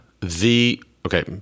the—okay